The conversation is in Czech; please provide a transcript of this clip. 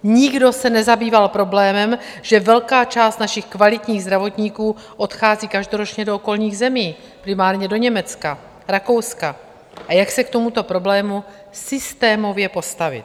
Nikdo se nezabýval problémem, že velká část našich kvalitních zdravotníků odchází každoročně do okolních zemí, primárně do Německa, Rakouska, a jak se k tomuto problému systémově postavit.